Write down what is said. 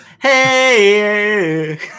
hey